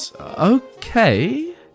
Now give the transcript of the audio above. Okay